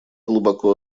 глубоко